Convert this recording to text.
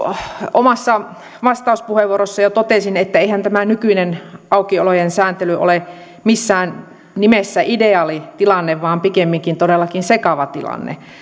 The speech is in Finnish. omassa vastauspuheenvuorossani jo totesin että eihän tämä nykyinen aukiolojen sääntely ole missään nimessä ideaali tilanne vaan pikemminkin todellakin sekava tilanne